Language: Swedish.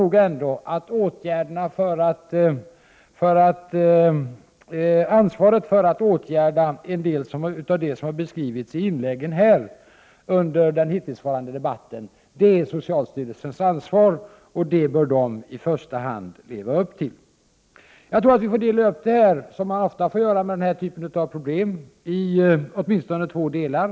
Jag vidhåller att ansvaret för att åtgärda en del av det som har beskrivits i inläggen under den hittillsvarande debatten är socialstyrelsens, och det bör i första hand den leva upp till. Jag tror att man som så ofta får dela upp problemet i åtminstone två delar.